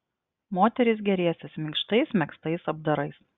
moterys gėrėsis minkštais megztais apdarais